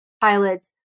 pilots